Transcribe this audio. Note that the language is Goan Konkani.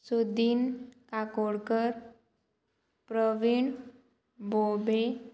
सुदीन काकोडकर प्रवीण बोबे